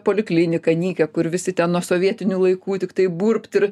polikliniką nykią kur visi ten nuo sovietinių laikų tiktai burbt ir